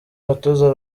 abatoza